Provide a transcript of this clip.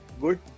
good